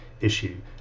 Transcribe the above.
issue